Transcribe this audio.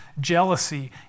jealousy